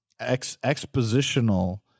expositional—